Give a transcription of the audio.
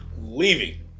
leaving